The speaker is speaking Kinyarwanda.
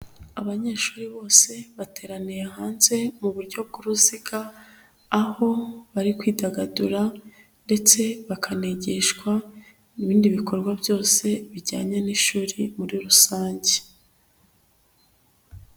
Abanyeshuri bose bateraniye hanze muburyo bw'uruziga, aho bari kwidagadura ndetse bakangishwa ibindi bikorwa byose bijyanye n'ishuri muri rusange.